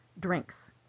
drinks